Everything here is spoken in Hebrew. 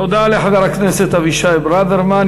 תודה לחבר הכנסת אבישי ברוורמן.